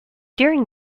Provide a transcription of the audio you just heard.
during